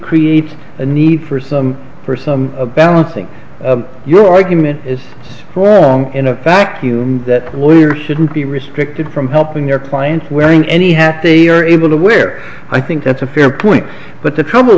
creates a need for some for some balancing your argument is strong in a vacuum that we're shouldn't be restricted from helping their clients wearing any half they are able to wear i think that's a fair point but the trouble